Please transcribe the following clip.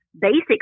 basic